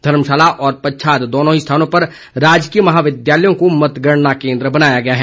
धर्मशाला और पच्छाद दोनों ही स्थानों पर राजकीय महाविद्यालयों को मतगणना केन्द्र बनाया गया है